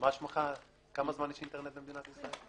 - כמה זמן יש אינטרנט במדינת ישראל?